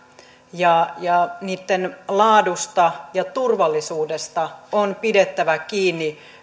ja ja niitten laadusta ja turvallisuudesta on pidettävä kiinni